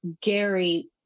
Gary